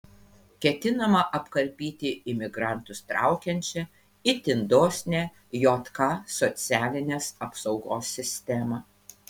ketinama apkarpyti imigrantus traukiančią itin dosnią jk socialinės apsaugos sistemą